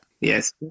Yes